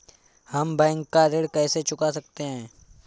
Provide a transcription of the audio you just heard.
हम बैंक का ऋण कैसे चुका सकते हैं?